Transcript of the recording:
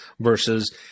versus